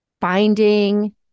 finding